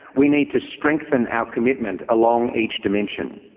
we need to strengthen our commitment along each dimension.